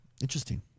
interesting